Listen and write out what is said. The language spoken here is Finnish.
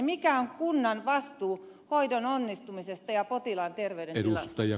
mikä on kunnan vastuu hoidon onnistumisesta ja potilaan terveydentilasta